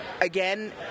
Again